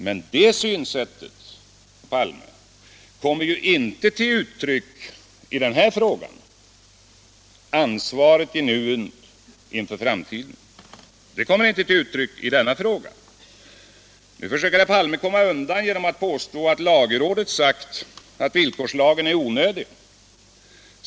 Men det synsättet kommer ju inte till uttryck i den här frågan — ansvaret i nuet inför framtiden. Nu försöker herr Palme komma undan genom att påstå att lagrådet sagt att villkorslagen är onödig.